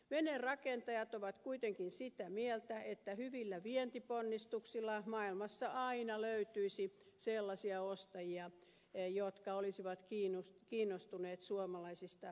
veneenrakentajat ovat kuitenkin sitä mieltä että hyvillä vientiponnistuksilla maailmassa aina löytyisi sellaisia ostajia jotka olisivat kiinnostuneet suomalaisista korkeatasoisista veneistä